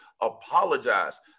apologize